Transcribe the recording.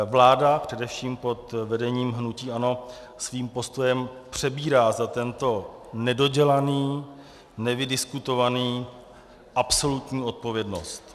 Vláda především pod vedením hnutí ANO svým postojem přebírá za tento nedodělaný, nevydiskutovaný absolutní odpovědnost.